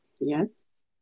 Yes